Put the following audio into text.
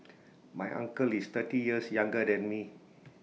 my uncle is thirty years younger than me